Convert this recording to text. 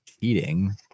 cheating